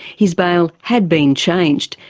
his bail had been changed,